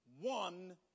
one